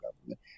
government